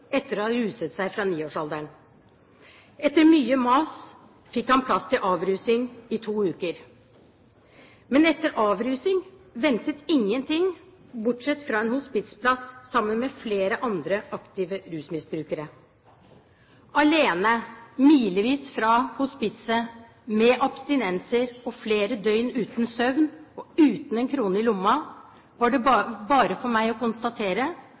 etter å ha ruset seg fra 9-årsalderen. Etter mye mas fikk han plass på avrusing i to uker. Men etter avrusing ventet ingenting, bortsett fra en hospitsplass sammen med flere andre aktive rusmisbrukere. Alene, milevis fra hospitset, med abstinenser, flere døgn uten søvn og uten én krone i lomma – det var bare for meg å konstatere